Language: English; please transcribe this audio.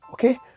Okay